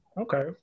okay